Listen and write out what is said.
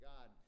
God